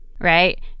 Right